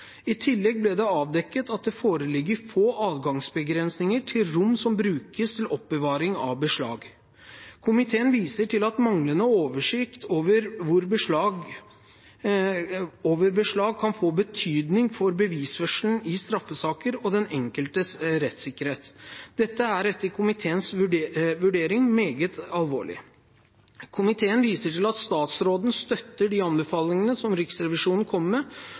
I tillegg ble det avdekket at det foreligger få adgangsbegrensninger til rom som brukes til oppbevaring av beslag. Komiteen viser til at manglende oversikt over beslag kan få betydning for bevisførselen i straffesaker og den enkeltes rettssikkerhet. Dette er etter komiteens vurdering meget alvorlig. Komiteen viser til at statsråden støtter de anbefalingene som Riksrevisjonen kommer med,